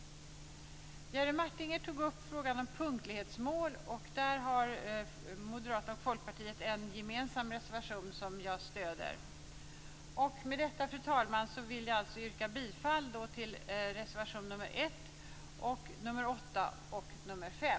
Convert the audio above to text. Jerry Martinger tog upp frågan om punktlighetsmål. Där har Moderaterna och Folkpartiet en gemensam reservation, som jag stöder. Med detta, fru talman, vill jag yrka bifall till reservationerna nr 1, nr 8 och nr 5.